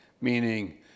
meaning